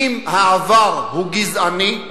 אם העבר הוא גזעני,